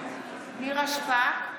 נירה שפק,